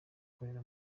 akorera